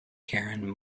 karen